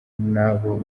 n’abo